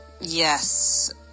yes